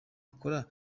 akora